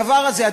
הדבר הזה,